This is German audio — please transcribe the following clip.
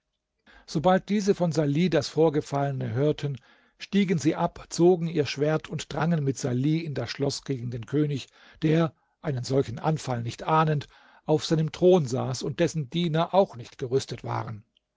sobald diese von salih das vorgefallene hörten stiegen sie ab zogen ihr schwert und drangen mit salih in das schloß gegen den könig der einen solchen anfall nicht ahnend auf seinem thron saß und dessen diener auch nicht gerüstet waren